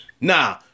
Nah